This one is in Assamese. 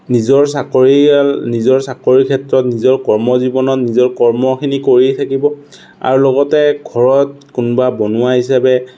নিজৰ চাকৰিয়াল নিজৰ চাকৰিৰ ক্ষেত্ৰত নিজৰ কৰ্মজীৱনত নিজৰ কৰ্মখিনি কৰিয়েই থাকিব আৰু লগতে ঘৰত কোনোবা বনোৱা হিচাপে